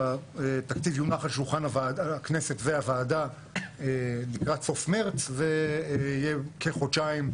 התקציב יונח על שולחן הכנסת והוועדה לקראת סוף מרץ ויהיה כחודשיים,